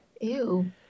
Ew